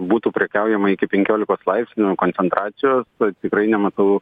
būtų prekiaujama iki penkiolikos laipsnių koncentracijos tikrai nematau